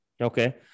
Okay